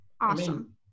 Awesome